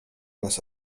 nas